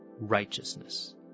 righteousness